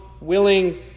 willing